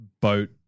boat